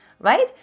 right